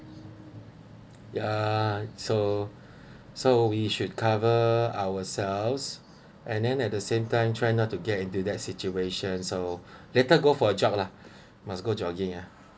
ya so so we should cover ourselves and then at the same time try not to get into that situation so later go for a jog lah must go jogging uh